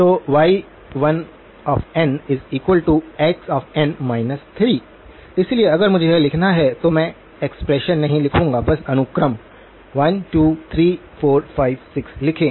तो y1nxn 3 इसलिए अगर मुझे यह लिखना है तो मैं एक्सप्रेशन नहीं लिखूंगा बस अनुक्रम 1 2 3 4 5 6 लिखें